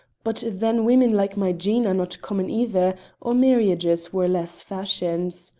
but then women like my jean are not common either or marriages were less fashions.